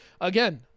again